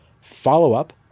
Follow-up